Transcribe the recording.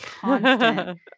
constant